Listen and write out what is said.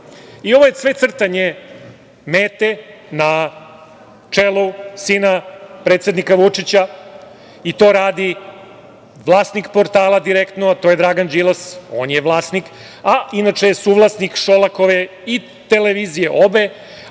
je sve crtanje mete na čelu sina predsednika Vučića i to radi vlasnik portala "Direktno", a to je Dragan Đilas, on je vlasnik, a inače je suvlasnik Šolakove obe televizije i